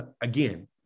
again